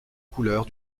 couleurs